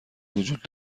وجود